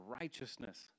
righteousness